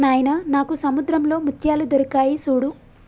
నాయిన నాకు సముద్రంలో ముత్యాలు దొరికాయి సూడు